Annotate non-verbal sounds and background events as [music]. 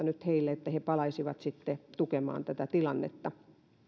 [unintelligible] nyt täydennyskoulutusta että he palaisivat sitten tukemaan tätä tilannetta